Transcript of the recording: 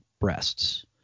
breasts